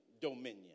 dominion